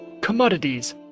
commodities